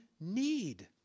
need